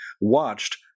watched